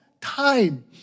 time